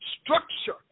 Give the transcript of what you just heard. structure